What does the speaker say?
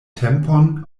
tempon